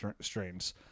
strains